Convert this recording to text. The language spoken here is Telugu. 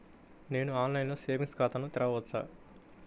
నేను ఆన్లైన్లో సేవింగ్స్ ఖాతాను తెరవవచ్చా?